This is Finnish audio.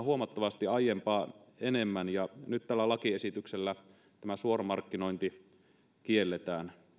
huomattavasti aiempaa enemmän ja nyt tällä lakiesityksellä tämä suoramarkkinointi kielletään